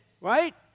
right